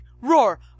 Roar